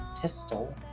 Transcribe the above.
pistol